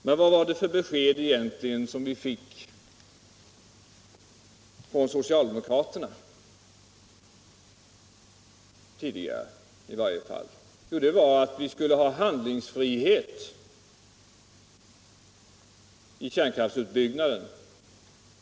Men vad var det egentligen för besked vi fick från socialdemokraterna tidigare? Jo, att vi skulle ha handlingsfrihet i kärnkraftsutbyggnaden.